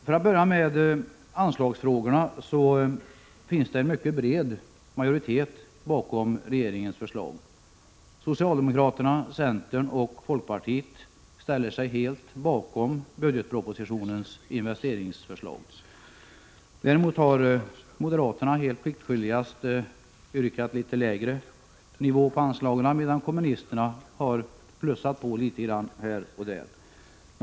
För att börja med anslagsfrågorna, finns det en mycket bred majoritet bakom regeringens förslag. Socialdemokraterna, centern och folkpartiet ställer sig helt bakom investeringsförslagen i budgetpropositionen. Däremot har moderaterna helt pliktskyldigast yrkat litet lägre nivå på anslagen, medan kommunisterna har plussat på litet här och där.